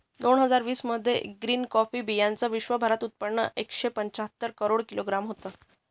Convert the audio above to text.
दोन हजार वीस मध्ये ग्रीन कॉफी बीयांचं विश्वभरात उत्पादन एकशे पंच्याहत्तर करोड किलोग्रॅम होतं